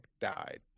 died